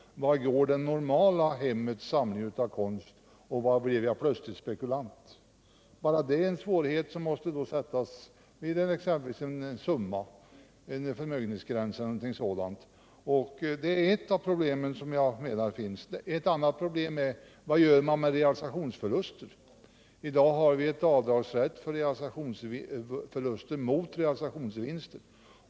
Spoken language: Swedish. Vad är det normala hemmets samling av konst och var blir jag plötsligt spekulant? Redan det är en svårighet — det måste fastställas en viss summa, en förmögenhetsgräns eller någonting sådant. Det är eu av de problem som jag menar finns. Ett annat problem är: Vad gör man med realisationsförluster? I dag har vi en avdragsrätt för realisationsförluster mot realisationsvinster.